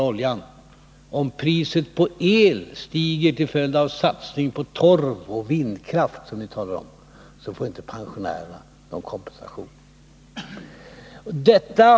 Om priset på el stiger till följd av en satsning på torv och vindkraft, som ni talar om, får pensionärerna inte någon kompensation.